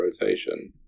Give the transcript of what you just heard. rotation